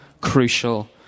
crucial